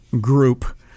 group